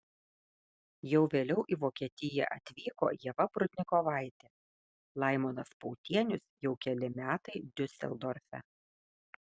jau vėliau į vokietiją atvyko ieva prudnikovaitė laimonas pautienius jau keli metai diuseldorfe